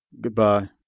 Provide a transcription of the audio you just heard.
Goodbye